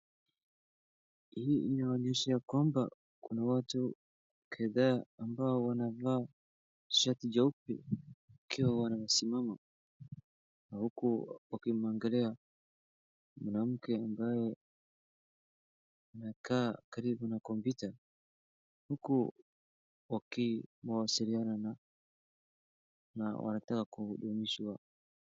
Hii inaonyesha ya kwamba kuna watu kadhaa ambao wamevaa sharti jeupe, wakiwa wanasimama uku, wakimwangalia mwanamke ambaye amekaa karibu na kopyuta , uku wakiwashiliana na wanataka kuudumishiwa.